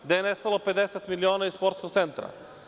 Gde je nestalo 50 miliona iz sportskog centra?